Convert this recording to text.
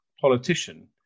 politician